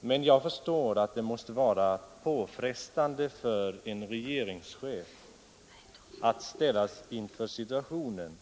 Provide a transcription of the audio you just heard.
Men jag förstår att det måste vara påfrestande för en regeringschef att ställas inför situationen